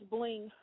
Bling